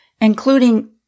including